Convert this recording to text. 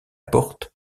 porte